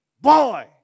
Boy